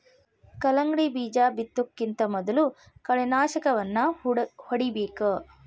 ಕಲ್ಲಂಗಡಿ ಬೇಜಾ ಬಿತ್ತುಕಿಂತ ಮೊದಲು ಕಳೆನಾಶಕವನ್ನಾ ಹೊಡಿಬೇಕ